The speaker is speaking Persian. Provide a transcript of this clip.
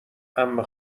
عمه